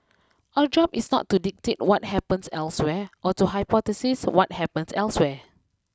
our job is not to dictate what happens elsewhere or to hypothesise what happens elsewhere